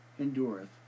endureth